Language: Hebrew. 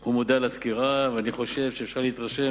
הוא מודה על הסקירה ואומר: אני חושב שאפשר להתרשם,